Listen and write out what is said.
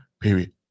period